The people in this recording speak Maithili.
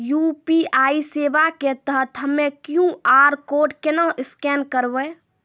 यु.पी.आई सेवा के तहत हम्मय क्यू.आर कोड केना स्कैन करबै?